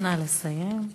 נא לסיים.